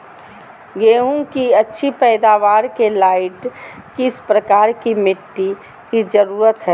गेंहू की अच्छी पैदाबार के लाइट किस प्रकार की मिटटी की जरुरत है?